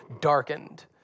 darkened